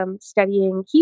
studying